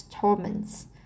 torments